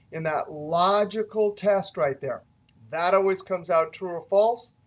in that logical test right there that always comes out true false.